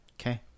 Okay